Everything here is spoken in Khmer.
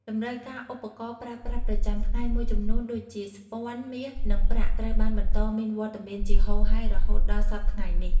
តម្រូវការឧបករណ៍ប្រើប្រាស់ប្រចាំថ្ងៃមួយចំនួន ដូចជា ស្ពាន់ មាស និងប្រាក់ត្រូវបានបន្តមានវត្តមានជាហូរហែររហូតដល់សព្វថ្ងៃនេះ។